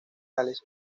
alex